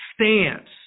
stance